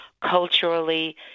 culturally